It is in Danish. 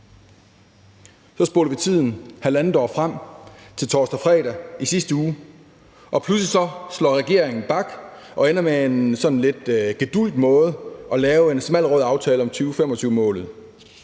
Så spoler vi tiden halvandet år frem til torsdag og fredag i sidste uge, og pludselig slår regeringen bak og ender med sådan en lidt gedulgt måde at lave en smal rød aftale om 2025-målet.